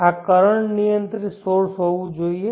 આ કરંટ નિયંત્રિત સોર્સ હોવું જોઈએ